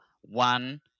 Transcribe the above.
one